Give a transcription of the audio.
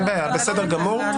בסדר גמור,